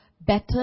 better